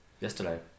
yesterday